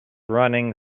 running